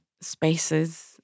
spaces